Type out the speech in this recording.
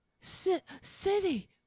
City